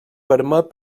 permet